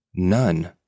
None